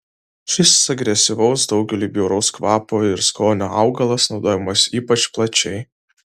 šis agresyvaus daugeliui bjauraus kvapo ir skonio augalas naudojamas ypač plačiai